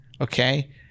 okay